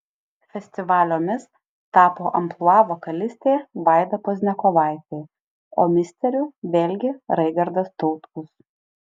festivalio mis tapo amplua vokalistė vaida pozniakovaitė o misteriu vėlgi raigardas tautkus